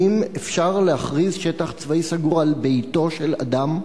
האם אפשר להכריז "שטח צבאי סגור" על ביתו של אדם?